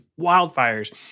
wildfires